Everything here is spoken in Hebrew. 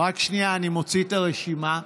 רק שנייה, אני מוציא את הרשימה.